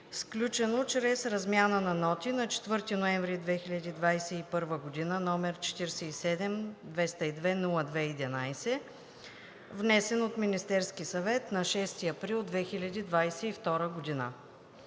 сключено чрез размяна на ноти на 4 ноември 2021 г., № 47-202-02-11, внесен от Министерски съвет на 6 април 2022 г.